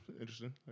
interesting